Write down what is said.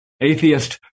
atheist